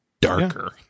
darker